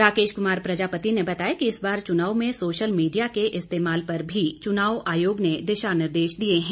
राकेश कुमार प्रजापति ने बताया कि इस बार चुनाव में सोशल मीडिया के इस्तेमाल पर भी चुनाव आयोग ने दिशानिर्देश दिए है